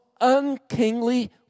unkingly